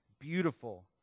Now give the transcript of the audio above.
beautiful